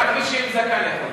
רק בשביל זקן.